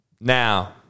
Now